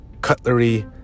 Cutlery